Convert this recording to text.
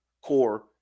core